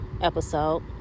episode